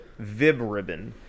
VibRibbon